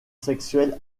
sexuelle